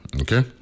okay